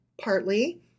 partly